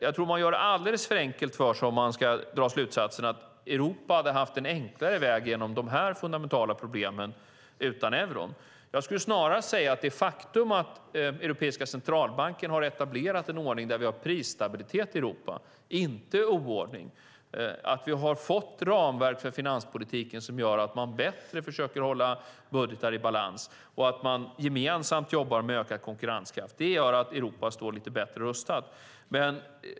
Jag tror att man gör det alldeles för enkelt för sig om man drar slutsatsen att Europa hade haft en enklare väg genom de här fundamentala problemen utan euron. Jag skulle snarare säga att det faktum att Europeiska centralbanken har etablerat en ordning där vi har prisstabilitet i Europa, att vi har fått ramverk för finanspolitiken som gör att man försöker hålla budgetar bättre i balans och att man gemensamt jobbar med ökad konkurrenskraft gör att Europa står lite bättre rustat.